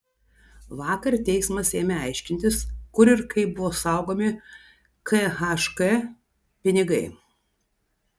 vakar teismas ėmė aiškintis kur ir kaip buvo saugomi khk pinigai